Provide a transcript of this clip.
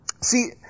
see